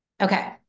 okay